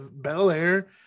Belair